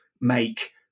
make